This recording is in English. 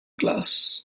glass